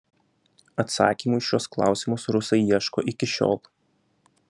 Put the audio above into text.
atsakymų į šiuos klausimus rusai ieško iki šiol